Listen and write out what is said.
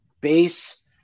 base